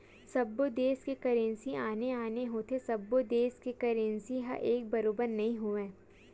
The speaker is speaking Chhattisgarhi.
सबे देस के करेंसी आने आने होथे सब्बो देस के करेंसी ह एक बरोबर नइ होवय